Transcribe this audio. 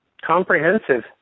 Comprehensive